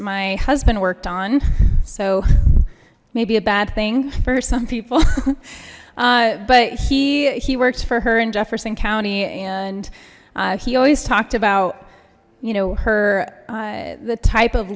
my husband worked on so maybe a bad thing for some people but he he worked for her in jefferson county and he always talked about you know her the type of